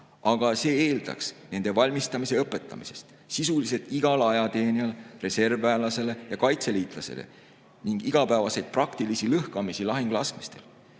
aga see eeldaks nende valmistamise õpetamist sisuliselt igale ajateenijale, reservväelasele ja kaitseliitlasele ning igapäevaseid praktilisi lõhkamisi lahinglaskmistel.